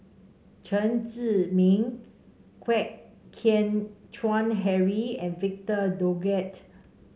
Chen Zhiming Kwek Hian Chuan Henry and Victor Doggett